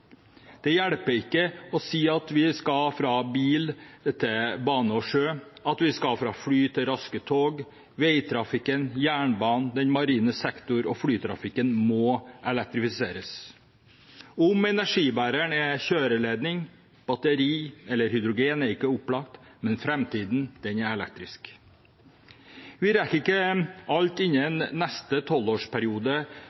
Det hjelper ikke å si at vi skal gå fra bil til bane og sjø, fra fly til raske tog: Veitrafikken, jernbanen, den marine sektor og flytrafikken må elektrifiseres. Om energibæreren er kjøreledning, batteri eller hydrogen, er ikke opplagt, men framtiden er elektrisk. Vi rekker ikke alt